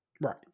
Right